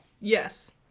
Yes